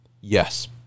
yes